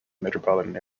metropolitan